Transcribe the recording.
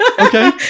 okay